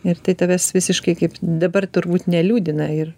ir tai tavęs visiškai kaip dabar turbūt neliūdina ir